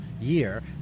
year